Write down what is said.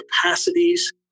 capacities